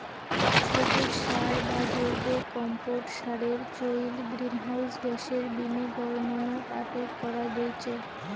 সবুজ সার বা জৈব কম্পোট সারের চইল গ্রীনহাউস গ্যাসের বিনির্গমনক আটক করা গেইচে